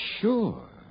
sure